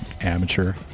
amateur